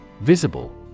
Visible